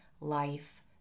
life